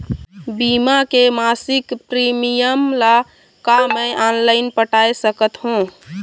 बीमा के मासिक प्रीमियम ला का मैं ऑनलाइन पटाए सकत हो?